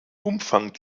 umfang